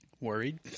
worried